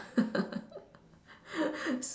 s~